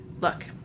Look